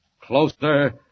Closer